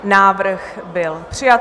Návrh byl přijat.